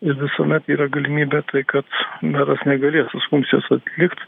ir visuomet yra galimybė tai kad meras negalės funkcijos atlikt